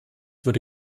würde